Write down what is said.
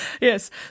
yes